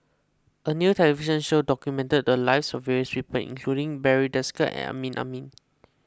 a new television show documented the lives of various people including Barry Desker and Amrin Amin